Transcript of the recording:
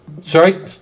Sorry